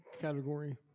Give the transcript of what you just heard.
Category